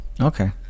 okay